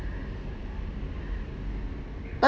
but